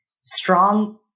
strong